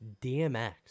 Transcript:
DMX